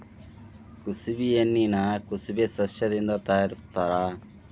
ಕುಸಬಿ ಎಣ್ಣಿನಾ ಕುಸಬೆ ಸಸ್ಯದಿಂದ ತಯಾರಿಸತ್ತಾರ